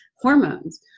hormones